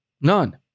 None